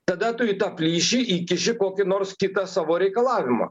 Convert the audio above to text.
tada tu į tą plyšį įkiši kokį nors kitą savo reikalavimą